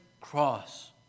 cross